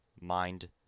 Mind